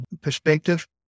perspective